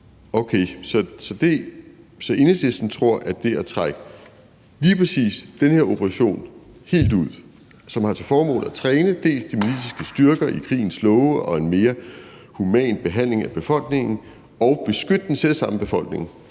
set vil være bedre tjent med at trække lige præcis den her operation helt ud, som har til formål dels at træne de maliske styrker i krigens love og i en mere human behandling af befolkningen, dels at beskytte den selv samme befolkning